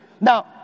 Now